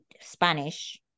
spanish